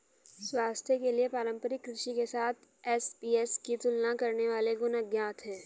स्वास्थ्य के लिए पारंपरिक कृषि के साथ एसएपीएस की तुलना करने वाले गुण अज्ञात है